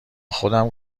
خودم